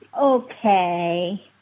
Okay